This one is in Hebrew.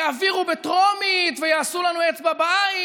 יעבירו בטרומית ויעשו לנו אצבע בעין.